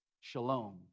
shalom